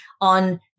on